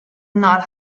not